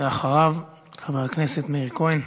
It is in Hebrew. ואחריו, חבר הכנסת מאיר כהן.